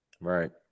Right